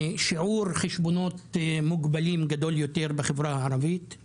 שיעור חשבונות מוגבלים גדול יותר בחברה הערבית;